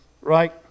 right